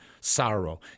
sorrow